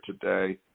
today